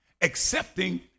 accepting